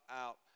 out